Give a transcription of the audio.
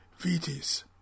Vitis